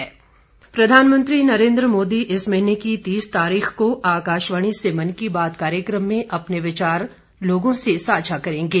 मन की बात प्रधानमंत्री नरेन्द्र मोदी इस महीने की तीस तारीख को आकाशवाणी से मन की बात कार्यक्रम में अपने विचार साझा करेंगे